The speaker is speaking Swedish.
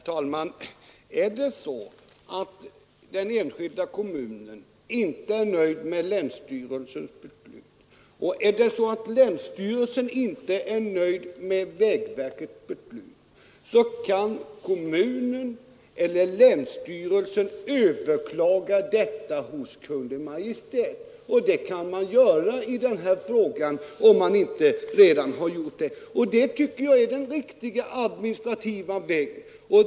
Herr talman! Är det så att den enskilda kommunen inte är nöjd med länsstyrelsens beslut eller är länsstyrelsen inte nöjd med vägverkets beslut, kan kommunen eller länsstyrelsen överklaga hos Kungl. Maj:t, och det kan man göra också i denna fråga — om man inte redan har gjort det. Det tycker jag är den riktiga administrativa vägen.